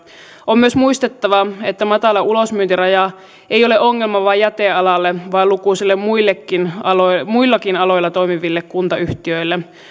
on myös muistettava että matala ulosmyyntiraja ei ole ongelma vain jäte alalle vaan lukuisilla muillakin aloilla muillakin aloilla toimiville kuntayhtiöille